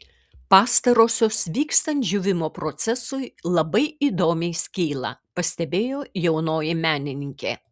pastarosios vykstant džiūvimo procesui labai įdomiai skyla pastebėjo jaunoji menininkė